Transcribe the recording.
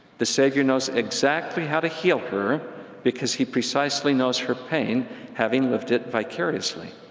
the savior knows exactly how to heal her because he precisely knows her pain having lived it vicariously.